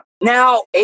Now